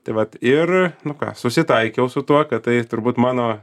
tai vat ir nu ką susitaikiau su tuo kad tai turbūt mano